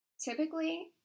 Typically